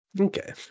Okay